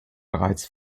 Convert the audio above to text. bereits